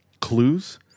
clues